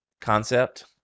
concept